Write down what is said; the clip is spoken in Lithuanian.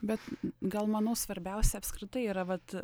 bet gal manau svarbiausia apskritai yra vat